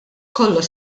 kollox